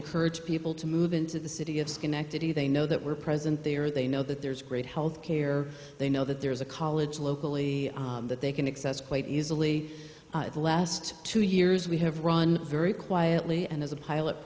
encourage people to move into the city of schenectady they know that we're present there they know that there's great health care they know that there's a college locally that they can access quite easily the last two years we have run very quietly and as a pilot